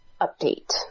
update